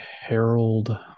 Harold